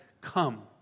come